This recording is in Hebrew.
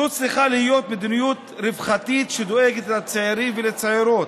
זו צריכה להיות מדיניות רווחתית שדואגת לצעירים ולצעירות,